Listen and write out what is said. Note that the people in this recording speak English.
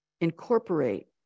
incorporate